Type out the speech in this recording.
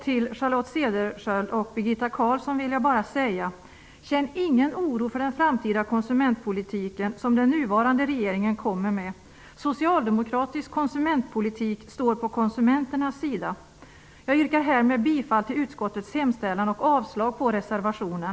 Till Charlotte Cederschiöld och Birgitta Carlsson vill jag bara säga: Känn ingen oro för den framtida konsumentpolitiken som den nuvarande regeringen kommer att lägga fram förslag om. Socialdemokratisk konsumentpolitik står på konsumenternas sida. Jag yrkar härmed bifall till utskottets hemställan och avslag på reservationen.